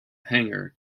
hangar